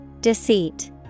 Deceit